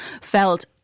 felt